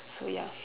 so ya